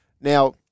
Now